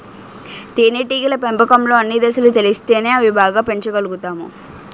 తేనేటీగల పెంపకంలో అన్ని దశలు తెలిస్తేనే అవి బాగా పెంచగలుతాము